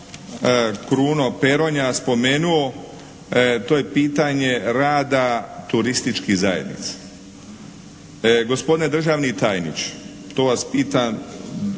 Kruno Peronja spomenuo. To je pitanje rada turističkih zajednica. Gospodine državni tajniče, to vas pitam